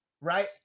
right